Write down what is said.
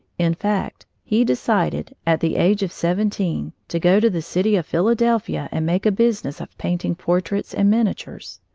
in fact, he decided, at the age of seventeen, to go to the city of philadelphia and make a business of painting portraits and miniatures.